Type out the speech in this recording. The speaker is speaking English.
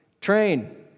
Train